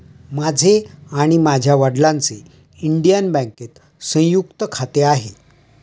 माझे आणि माझ्या वडिलांचे इंडियन बँकेत संयुक्त खाते आहे